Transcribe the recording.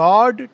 God